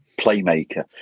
playmaker